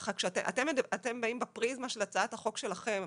ככה כשאתם באים בפריזמה של הצעת החוק שלכם,